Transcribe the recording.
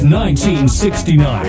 1969